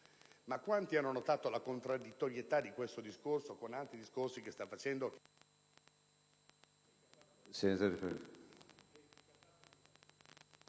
Ma quanti hanno notato la contraddittorietà di questo con altri discorsi che ha fatto